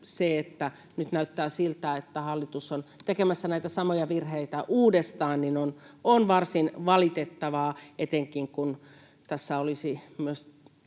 jäänyt. Nyt näyttää siltä, että hallitus on tekemässä näitä samoja virheitä uudestaan, ja se on varsin valitettavaa, etenkin kun on tiedossa